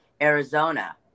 Arizona